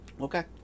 Okay